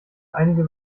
einige